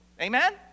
Amen